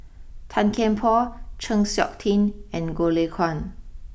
Tan Kian Por Chng Seok Tin and Goh Lay Kuan